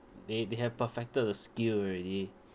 they they have perfected the skill already